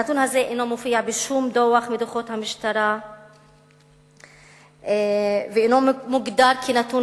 הנתון הזה אינו מופיע בשום דוח מדוחות המשטרה ואינו מוגדר כנתון